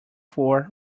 floor